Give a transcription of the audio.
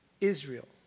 Israel